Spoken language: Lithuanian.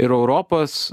ir europos